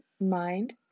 mind